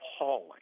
appalling